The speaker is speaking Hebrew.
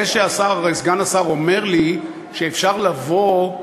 זה שסגן השר אומר לי שאפשר לבוא,